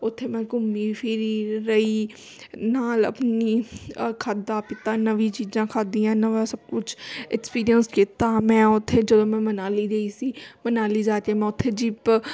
ਉੱਥੇ ਮੈਂ ਘੁੰਮੀ ਫਿਰੀ ਰਹੀ ਨਾਲ ਆਪਣੀ ਖਾਧਾ ਪੀਤਾ ਨਵੀਂ ਚੀਜ਼ਾਂ ਖਾਧੀਆਂ ਨਵਾਂ ਸਭ ਕੁਛ ਐਕਸਪੀਰੀਅੰਸ ਕੀਤਾ ਮੈਂ ਉੱਥੇ ਜਦੋਂ ਮੈਂ ਮਨਾਲੀ ਗਈ ਸੀ ਮਨਾਲੀ ਜਾ ਕੇ ਮੈਂ ਉੱਥੇ ਜੀਪ